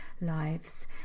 lives